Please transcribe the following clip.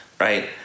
Right